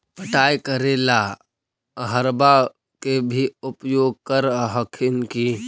पटाय करे ला अहर्बा के भी उपयोग कर हखिन की?